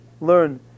learn